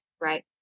right